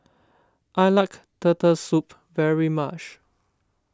I like Turtle Soup very much